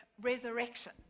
resurrection